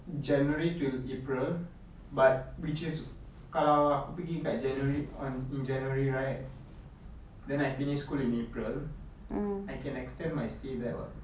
january to april but which is kalau aku pergi dekat january on in january right then I finish school in april I can extend my stay there [what]